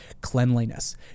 cleanliness